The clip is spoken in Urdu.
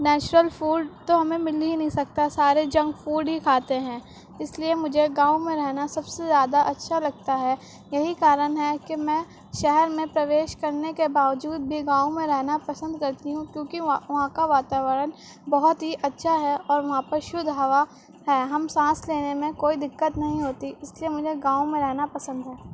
نیچرل فوڈ تو ہمیں مل ہی نہیں سکتا سارے جنک فوڈ ہی کھاتے ہیں اس لیے مجھے گاؤں میں رہنا سب سے زیادہ اچھا لگتا ہے یہی کارن ہے کہ میں شہر میں پرویش کرنے کے باوجود بھی گاؤں میں رہنا پسند کرتی ہوں کیونکہ وہاں کا واتاورن بہت ہی اچھا ہے اور وہاں پر شدھ ہوا ہے ہم سانس لینے میں کوئی دقت نہیں ہوتی اس لیے مجھے گاؤں میں رہنا پسند ہے